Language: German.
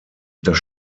das